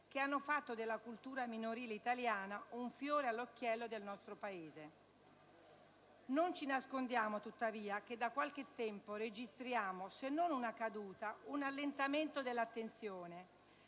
che hanno fatto della cultura minorile italiana un fiore all'occhiello del nostro Paese. Non ci nascondiamo tuttavia che da qualche tempo registriamo, se non una caduta, un allentamento dell'attenzione,